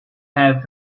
have